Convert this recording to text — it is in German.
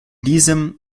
diesem